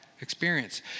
experience